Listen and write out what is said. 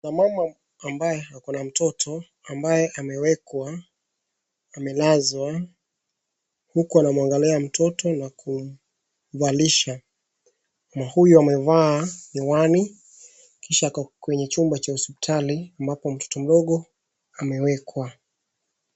Kuna mama ambaye ako na mtoto ambaye amewekwa amelazwa huku ana mwangalia mtoto na kumvalisha. Na huyu amevaa miwani kisha ako kwenye chumba cha hospitali ambapo mtoto mdogo amewekwa.